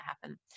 happen